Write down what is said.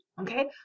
okay